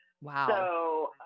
wow